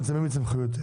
מצמצמים את סמכויותיה